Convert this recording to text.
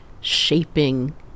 shaping